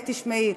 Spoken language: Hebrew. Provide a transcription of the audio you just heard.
תשמעי,